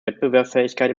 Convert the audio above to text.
wettbewerbsfähigkeit